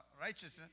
righteousness